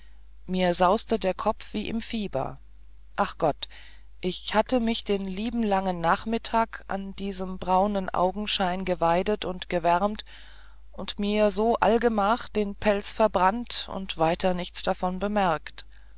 mir sauste der kopf wie im fieber ach gott ich hatte mich den lieben langen nachmittag an diesem braunen augenschein geweidet und gewärmt und mir so allgemach den pelz verbrannt und weiter nichts davon gemerkt